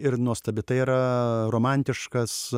ir nuostabi tai yra romantiškas